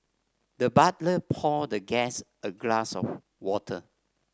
the butler poured the guest a glass of water